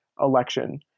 election